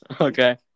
Okay